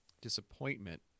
disappointment